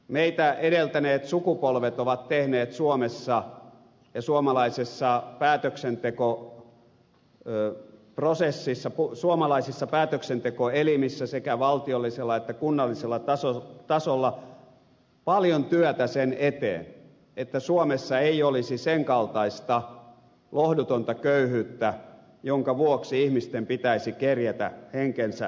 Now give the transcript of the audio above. meitä edeltäneet sukupolvet ovat tehneet suomessa ja suomalaisessa päätöksentekoprosessissa suomalaisissa päätöksentekoelimissä sekä valtiollisella että kunnallisella tasolla paljon työtä sen eteen että suomessa ei olisi senkaltaista lohdutonta köyhyyttä jonka vuoksi ihmisten pitäisi kerjätä henkensä pitimiksi